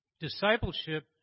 discipleship